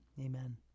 amen